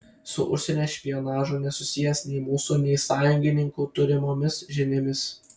su užsienio špionažu nesusijęs nei mūsų nei sąjungininkų turimomis žiniomis